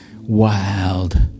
wild